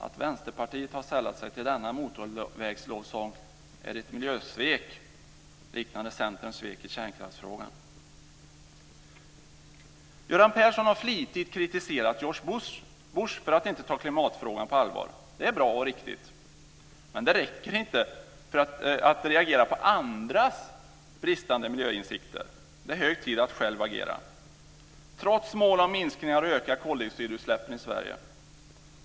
Att Vänsterpartiet har sällat sig till denna motorvägslovsång är ett miljösvek liknande Göran Persson har flitigt kritiserat George Bush för att inte ta klimatfrågan på allvar. Det är bra och riktigt. Men det räcker inte att reagera på andras bristande miljöinsikter. Det är hög tid att själv agera. Sverige.